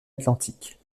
atlantiques